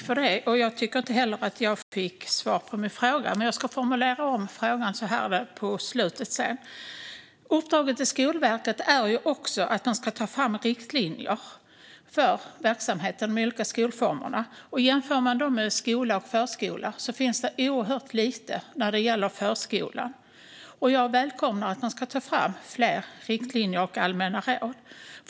Fru talman! Jag tycker inte heller att jag fick svar på min fråga, men jag ska formulera om den i slutet av mitt anförande. Uppdraget till Skolverket är att också ta fram riktlinjer för verksamheten i de olika skolformerna. Om man jämför skola med förskola finns det oerhört lite vad gäller förskolan. Jag välkomnar att man ska ta fram fler riktlinjer och allmänna råd.